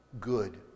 Good